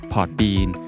Podbean